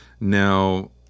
Now